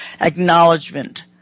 acknowledgement